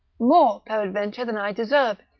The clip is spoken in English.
more peradventure than i deserve,